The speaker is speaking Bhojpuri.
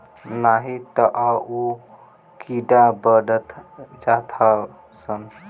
नाही तअ उ कीड़ा बढ़त जात हवे सन